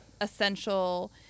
essential